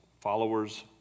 followers